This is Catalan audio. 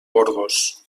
gorgos